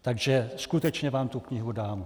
Takže skutečně vám tu knihu dám.